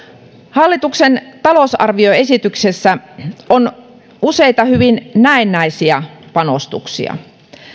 hallituksen talousarvioesityksessä on useita hyvin näennäisiä panostuksia